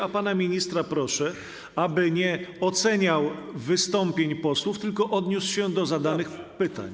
A pana ministra proszę, aby nie oceniał wystąpień posłów, tylko odniósł się do zadanych pytań.